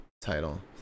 title